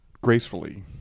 gracefully